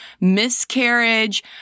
miscarriage